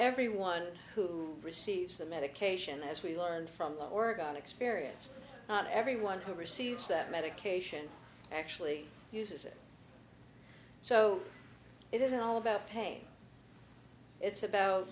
everyone who receives the medication as we learned from oregon experience not everyone who receives that medication actually uses it so it isn't all about pain it's about